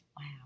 Wow